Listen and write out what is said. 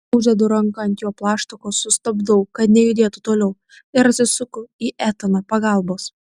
uždedu ranką ant jo plaštakos sustabdau kad nejudėtų toliau ir atsisuku į etaną pagalbos